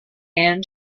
and